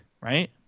right